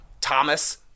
Thomas